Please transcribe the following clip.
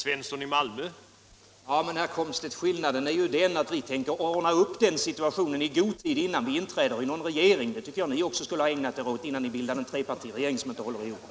Herr talman! Men skillnaden är ju den, herr Komstedt, att vi tänker ordna upp situationen i god tid innan vi inträder i någon regering. Det tycker jag att ni också borde ha ägnat er åt innan ni bildade en trepartiregering som inte håller ihop.